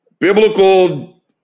Biblical